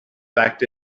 fact